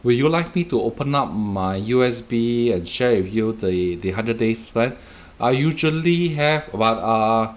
will you like me to open up my U_S_B and share with you the the hundred day plan I usually have but uh